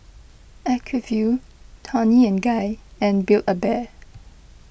Acuvue Toni and Guy and Build A Bear